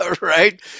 right